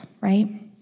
right